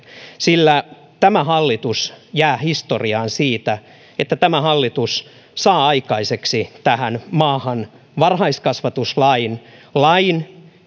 sillä tämä hallitus jää historiaan siitä että tämä hallitus saa aikaiseksi tähän maahan varhaiskasvatuslain lain